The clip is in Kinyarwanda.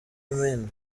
amina